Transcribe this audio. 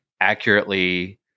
accurately